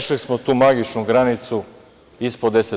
Prešli smo tu magičnu granicu ispod 10%